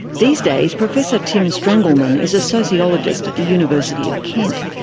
these days, professor tim strangleman is a sociologist at the university of kent,